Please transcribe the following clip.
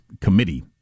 committee